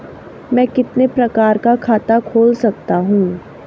मैं कितने प्रकार का खाता खोल सकता हूँ?